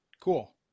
Cool